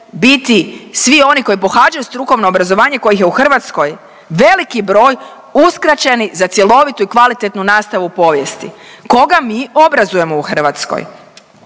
biti svi oni koji pohađaju strukovno obrazovanje, kojih je u Hrvatskoj veliki broj, uskraćeni za cjelovitu i kvalitetnu nastavu povijesti. Koga mi obrazujemo u Hrvatskoj?